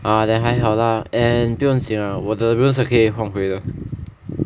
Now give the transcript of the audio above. ah then 还好 lah and 不用紧我的 runes 还可以换回的